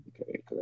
okay